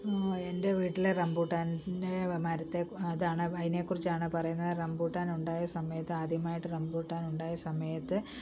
എൻ്റെ വീട്ടിലെ റംബൂട്ടാൻ്റെ മരത്തെ ഇതാണ് അതിനെക്കുറിച്ചാണ് പറയുന്നത് റംബൂട്ടാൻ ഉണ്ടായ സമയത്ത് ആദ്യമായിട്ട് റംബൂട്ടാൻ ഉണ്ടായ സമയത്ത്